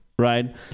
Right